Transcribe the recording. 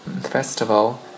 festival